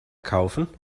kaufen